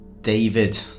David